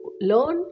Learn